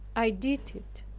i did it.